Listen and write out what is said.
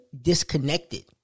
disconnected